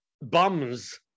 bums